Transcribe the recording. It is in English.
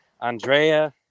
andrea